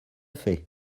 fait